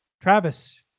Travis